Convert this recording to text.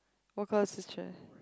what colour his chair